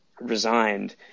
resigned